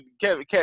Kevin